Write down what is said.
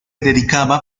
dedicaba